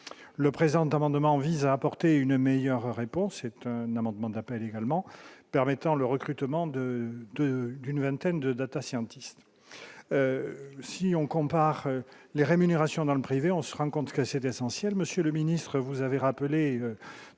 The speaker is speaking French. le présent amendement vise à apporter une meilleure réponse, c'est un amendement d'appel également permettant le recrutement de, de, d'une vingtaine de Data scientists si on compare les rémunérations dans le privé, on se rend compte que c'est essentiel, monsieur le ministre, vous avez rappelé